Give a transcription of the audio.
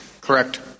Correct